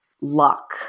luck